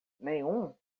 nenhum